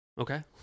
Okay